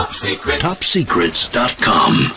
topsecrets.com